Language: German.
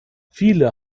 viele